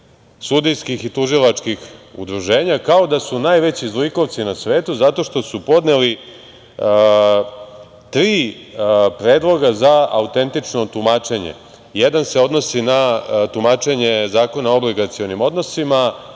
sudijskih i tužilačkih udruženja, kao da su najveći zlikovci na svetu zato što su podneli tri predloga za autentično tumačenje. Jedan se odnosi na tumačenje Zakona o obligacionim odnosima,